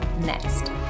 next